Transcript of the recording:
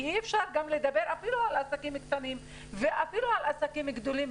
כי אי אפשר גם לדבר אפילו על עסקים קטנים ואפילו על עסקים גדולים.